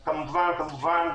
כמובן, כמובן.